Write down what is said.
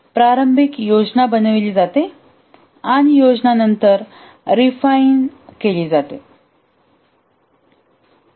प्रारंभिक योजना बनविली जाते आणि योजना निरंतर रिफाईन केली जाते